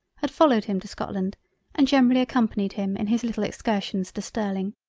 had followed him to scotland and generally accompanied him in his little excursions to sterling.